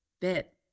bit